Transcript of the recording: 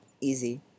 easy